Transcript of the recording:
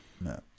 No